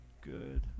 good